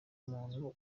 muntu